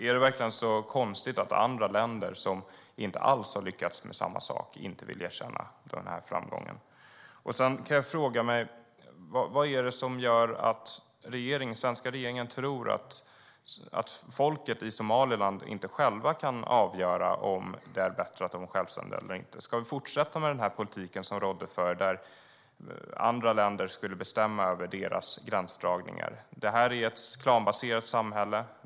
Är det verkligen så konstigt att andra länder som inte alls har lyckats med samma sak inte vill erkänna den här framgången? Sedan kan jag fråga mig: Vad är det som gör att den svenska regeringen tror att folket i Somaliland inte själva kan avgöra om det är bättre att de är självständiga eller inte? Ska vi fortsätta med den politik som rådde förr, där andra länder skulle bestämma över deras gränsdragningar? Det här är ett klanbaserat samhälle.